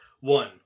one